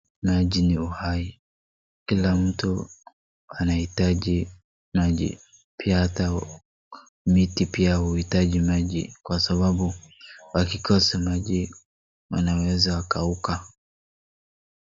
Maji ni uhai kila mtu anahitaji maji pia ata miti pia huhitaji maji kwa sababu wakikosa maji wanaweza kauka